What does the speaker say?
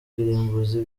kirimbuzi